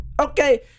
okay